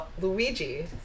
Luigi